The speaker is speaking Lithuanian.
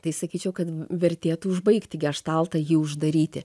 tai sakyčiau kad vertėtų užbaigti geštaltą jį uždaryti